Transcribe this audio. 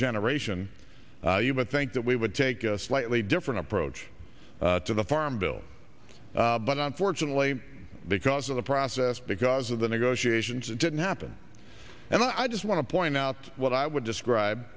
generation you might think that we would take a slightly different approach to the farm bill but unfortunately because of the process because of the negotiations it didn't happen and i just want to point out what i would describe